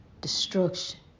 destruction